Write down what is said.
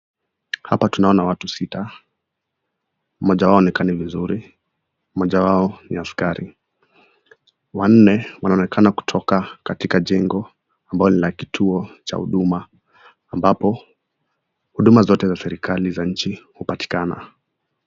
Hapa tunaona watu sita, mmoja wao haonekani vizuri, mmoja wao ni askari. Wanne wanaonekana kutoka katika jengo ambalo lina kituo cha huduma ambapo huduma zote za serikali za nchi hupatikana.